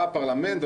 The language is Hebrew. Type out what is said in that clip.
בא הפרלמנט,